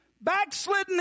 backslidden